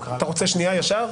אתה רוצה שנייה ישר?